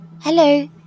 Hello